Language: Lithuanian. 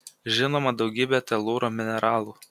žinoma daugybė telūro mineralų